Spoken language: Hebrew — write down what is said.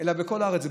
אלא בכל הארץ,